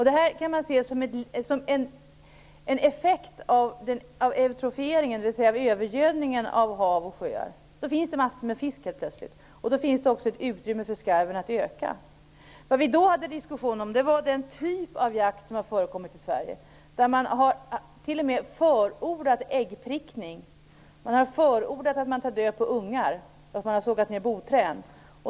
Detta kan man se som effekt av eutrofieringen, dvs. övergödningen, av hav och sjöar. Det finns helt plötsligt massor med fisk, och då finns det också ett utrymme för skarven att öka. Det vi förde en diskussion om var den typ av jakt som har förekommit i Sverige. Man har t.o.m. förordat äggprickning, att man tar död på ungar, och man har sågat ner boträn.